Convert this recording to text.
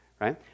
right